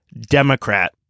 Democrat